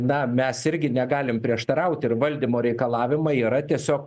na mes irgi negalim prieštaraut ir valdymo reikalavimai yra tiesiog